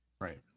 Right